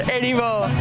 anymore